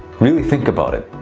really think about it.